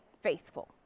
faithful